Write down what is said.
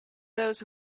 those